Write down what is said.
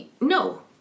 No